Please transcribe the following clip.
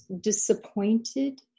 disappointed